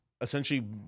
essentially